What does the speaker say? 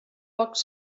pocs